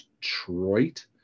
Detroit